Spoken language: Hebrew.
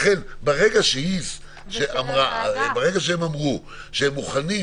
לכן, ברגע שהם אמרו שהם מוכנים